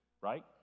right